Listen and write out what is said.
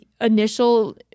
initial